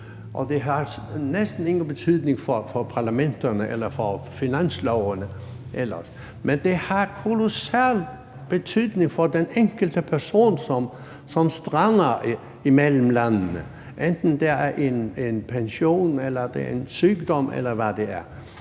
og det har næsten ingen betydning for parlamenterne eller for finanslovene. Men det har kolossal betydning for den enkelte person, som strander imellem landene, hvad enten det handler om en pension eller en sygdom, eller hvad det er.